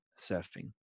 surfing